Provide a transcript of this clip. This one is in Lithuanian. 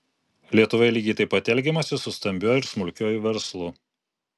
lietuvoje lygiai taip pat elgiamasi su stambiuoju ir smulkiuoju verslu